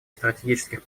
стратегических